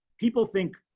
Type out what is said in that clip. people think,